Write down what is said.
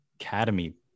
academy